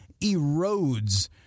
erodes